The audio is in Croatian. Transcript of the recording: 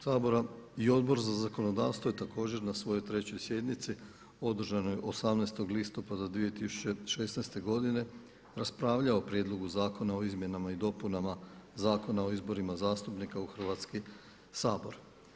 Sabora i Odbor za zakonodavstvo je također na svojoj trećoj sjednici održanoj 18. listopada 2016. godine raspravljao o Prijedlogu zakona o izmjenama i dopunama Zakona o izborima zastupnika u Hrvatski sabor.